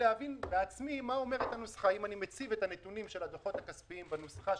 לקבלת מענק, יעדכן המנהל את קביעת הזכאות למענק,